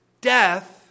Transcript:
death